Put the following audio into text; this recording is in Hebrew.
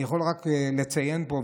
אני יכול רק לציין פה,